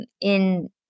in-